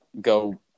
go